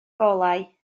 golau